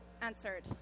answered